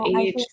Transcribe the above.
age